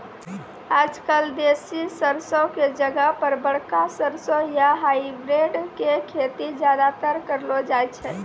आजकल देसी सरसों के जगह पर बड़का सरसों या हाइब्रिड के खेती ज्यादातर करलो जाय छै